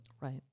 Right